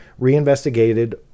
reinvestigated